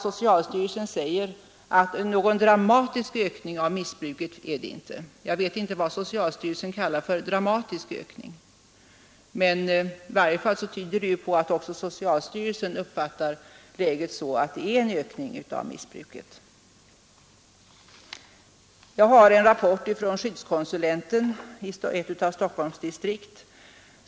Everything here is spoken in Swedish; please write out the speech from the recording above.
Socialstyrelsen säger att någon dramatisk ökning av missbruket inte förekommer. Jag vet inte vad socialstyrelsen då menar med ”dramatisk”. I varje fall tyder detta uttalande på att även socialstyrelsen uppfattar läget så att det är en ökning av missbruket. Jag har en rapport från skyddskonsulenten i ett av Stockholms distrikt.